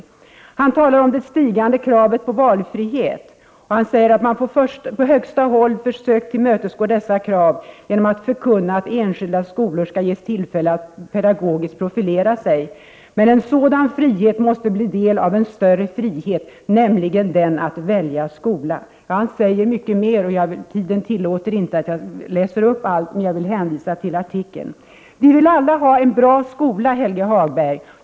Han talar om det stigande kravet på valfrihet, och han säger att man på högsta håll försökt tillmötesgå detta krav genom att förkunna att enskilda skolor skall ges tillfälle till att pedagogiskt profilera sig. ”Men en sådan frihet måste bli del av en större frihet, nämligen den att välja skola.” Ja, han säger mycket mer. Tiden tillåter inte att jag läser upp allt, men jag vill hänvisa till artikeln. Vi vill alla ha en bra skola, Helge Hagberg.